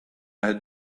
had